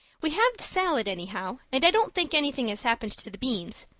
we have the salad anyhow and i don't think anything has happened to the beans.